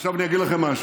עכשיו אני אגיד לכם משהו.